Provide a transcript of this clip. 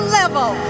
level